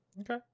Okay